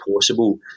possible